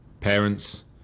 parents